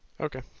Okay